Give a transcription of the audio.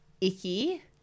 icky